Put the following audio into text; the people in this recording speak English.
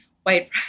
White